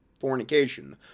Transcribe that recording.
fornication